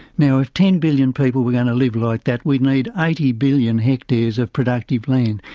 now if ten billion people were going to live like that, we'd need eighty billion hectares of productive land.